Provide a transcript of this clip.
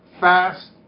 fast